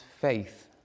faith